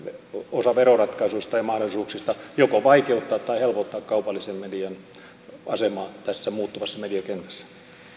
osa veroratkaisuista ja mahdollisuuksista joko vaikeuttaa tai helpottaa kaupallisen median asemaa tässä muuttuvassa mediakentässä